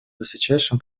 высочайшим